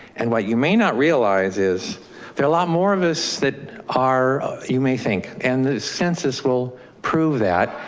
and what you may not realize is there a lot more of us that are you may think, and the census will prove that,